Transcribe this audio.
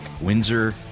Windsor